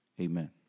amen